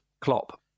Klopp